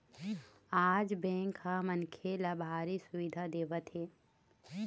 आज बेंक ह मनखे ल भारी सुबिधा देवत हे